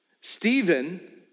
Stephen